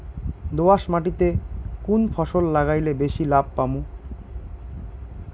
দোয়াস মাটিতে কুন ফসল লাগাইলে বেশি লাভ পামু?